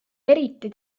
eriti